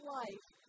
life